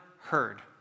heard